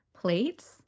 plates